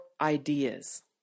ideas